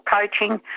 coaching